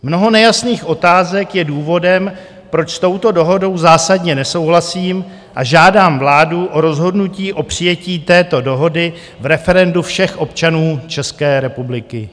Mnoho nejasných otázek je důvodem, proč s touto dohodou zásadně nesouhlasím a žádám vládu o rozhodnutí o přijetí této dohody v referendu všech občanů České republiky.